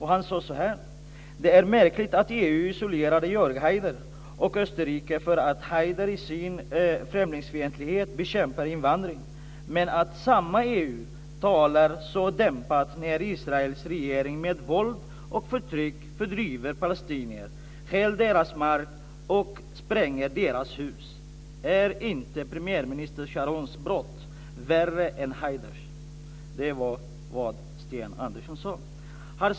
Han sade så här: Det är märkligt att EU isolerade Jörg Haider och Österrike för att Haider i sin främlingsfientlighet bekämpar invandring men att samma EU talar så dämpat när Israels regering med våld och förtryck fördriver palestinier, stjäl deras mark och spränger deras hus. Är inte premiärminister Sharons brott värre än Haiders? Det var vad Sten Andersson sade.